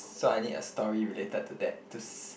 so I need a story related to that to